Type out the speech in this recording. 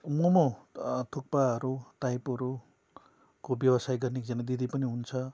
मोमो थुक्पाहरू टाइपोहरूको व्यवसाय गर्ने एकजना दिदी पनि हुनुहुन्छ